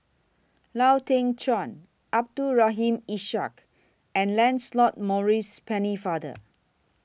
Lau Teng Chuan Abdul Rahim Ishak and Lancelot Maurice Pennefather